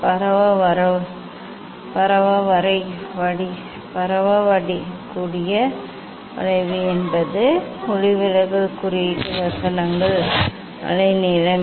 பரவக்கூடிய வளைவு என்பது ஒளிவிலகல் குறியீட்டு வசனங்கள் அலைநீளம்